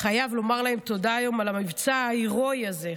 חייב לומר להם תודה על המבצע ההירואי הזה,